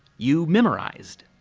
you memorized.